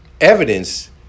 Evidence